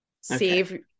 Save